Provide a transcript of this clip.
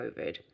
covid